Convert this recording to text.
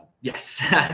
yes